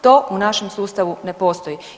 To u našem sustavu ne postoji.